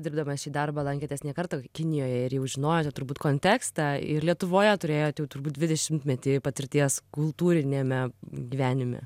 dirbdamas šį darbą lankėtės ne kartą kinijoje ir jau žinojote turbūt kontekstą ir lietuvoje turėjot jau turbūt dvidešimtmetį patirties kultūriniame gyvenime